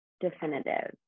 definitive